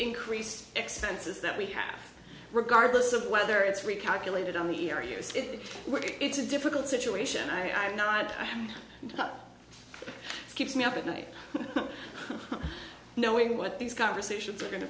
increased expenses that we have regardless of whether it's recalculated on the areas in which it's a difficult situation i am not i am up keeps me up at night knowing what these conversations are going to